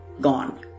gone